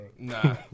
Nah